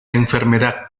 enfermedad